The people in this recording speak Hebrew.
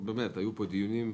באמת, היו פה דיונים -- אגב,